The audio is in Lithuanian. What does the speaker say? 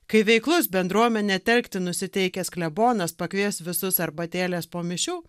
kai veiklus bendruomenę telkti nusiteikęs klebonas pakvies visus arbatėlės po mišių